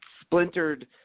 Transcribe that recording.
splintered